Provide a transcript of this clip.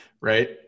right